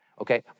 okay